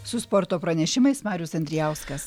su sporto pranešimais marius andrijauskas